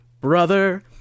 brother